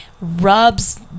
rubs